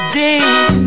days